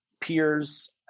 peers